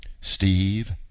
Steve